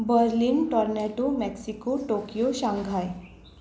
Berlin Toronto Mexico Tokyo Shanghai